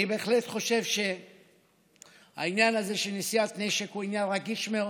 אני בהחלט חושב שהעניין הזה של נשיאת נשק הוא רגיש מאוד.